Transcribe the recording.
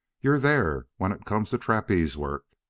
you're there when it comes to trapeze work.